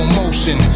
motion